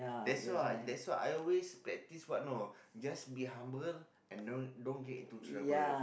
that's why that's why I always practice what know just be humble and don't don't get into trouble